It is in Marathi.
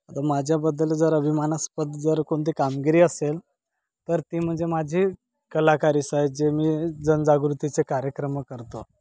तर माझ्याबद्दल जर अभिमानास्पद जर कोणती कामगिरी असेल तर ती म्हणजे माझी कलाकारीच आहे जे मी जनजागृतीचे कार्यक्रम करतो